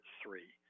three